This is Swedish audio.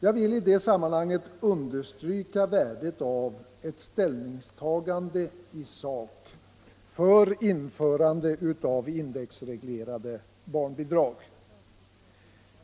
Jag vill i detta sammanhang understryka värdet av ett ställningstagande i sak för införande av indexreglerade barnbidrag.